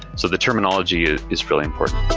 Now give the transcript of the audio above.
so the terminology ah is really important.